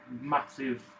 massive